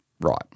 right